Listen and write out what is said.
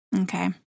Okay